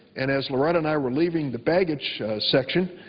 and as loretta and i were leaving the baggage section,